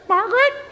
Margaret